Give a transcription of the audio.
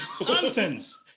Nonsense